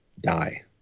die